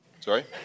Sorry